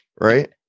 right